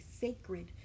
sacred